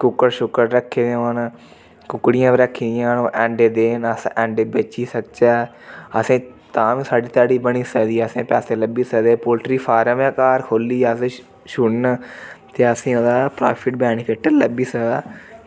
कुक्कड़ सुक्कड़ रक्खे दे होन कुक्कड़िया बी रक्खी दियां होन ते अंडे देन अस अंडे बेची सकचै असेंगी तां बी साढ़ी ध्याड़ी बनी सकदी असेंगी पैसे लब्भी सकदे पोल्ट्रीफार्म गै घर खोलियै अस छुड़न ते असेंगी ओह्दा प्राफिट बेनिफिट लब्भी सकदा